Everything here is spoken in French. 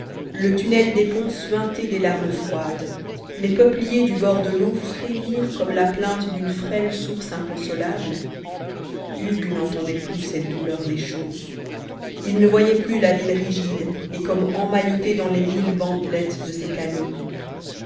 le tunnel des ponts suinter des larmes froides les peupliers du bord de l'eau frémir comme la plainte d'une frêle source inconsolable hugues n'entendait plus cette douleur des choses il ne voyait plus la ville rigide et comme emmaillotée dans les mille bandelettes de ses canaux